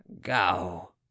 Go